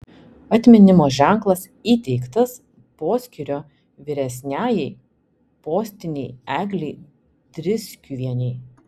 atminimo ženklas įteiktas poskyrio vyresniajai postinei eglei driskiuvienei